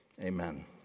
Amen